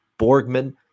Borgman